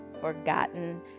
forgotten